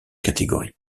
catégories